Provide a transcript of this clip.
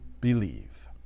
believe